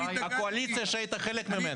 הקואליציה שהיית חלק ממנה.